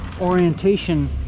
orientation